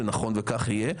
זה נכון וכך יהיה.